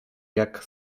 jak